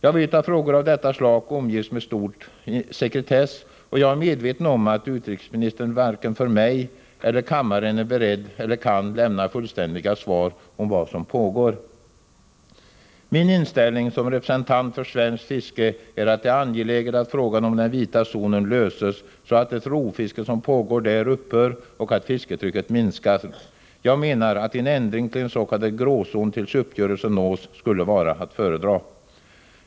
Jag vet att frågor av detta slag omges med stor sekretess, och jag är medveten om att utrikesministern varken för mig eller för kammaren är beredd att eller kan lämna fullständiga svar beträffande vad som pågår. Min inställning som representant för svenskt fiske är att det är angeläget att frågan om den vita zonen löses, så att det rovfiske som pågår inom denna zon upphör och att fisketrycket minskar. Jag menar att en ändring tills.k. grå zon tills uppgörelse nås skulle vara att föredra.